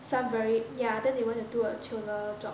some very ya then they want to do a chiller job